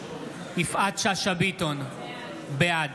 יפעת שאשא ביטון, בעד